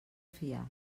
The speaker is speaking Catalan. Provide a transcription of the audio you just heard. fiar